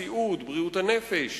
הסיעוד ובריאות הנפש